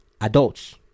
adults